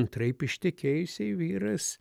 antraip ištekėjusiai vyras